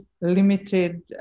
limited